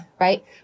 Right